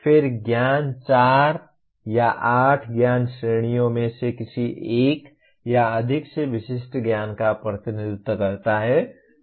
फिर ज्ञान 4 या 8 ज्ञान श्रेणियों में से किसी एक या अधिक से विशिष्ट ज्ञान का प्रतिनिधित्व करता है